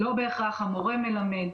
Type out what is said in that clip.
לא בהכרח המורה מלמד,